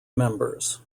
members